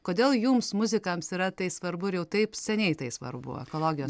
kodėl jums muzikams yra tai svarbu ir jau taip seniai tai svarbu ekologijos